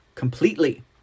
completely